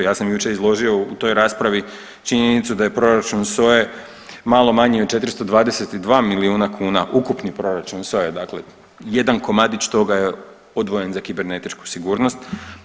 Ja sam jučer izložio u toj raspravi činjenicu da je proračun SOA-e malo manji od 422 miliona kuna ukupni proračun SOA-e, dakle jedan komadić toga je odvojen za kibernetičku sigurnost.